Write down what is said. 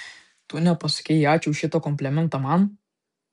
tu nepasakei ačiū už šitą komplimentą man